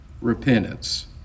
Repentance